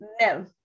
no